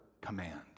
command